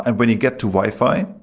and when you get to wi-fi,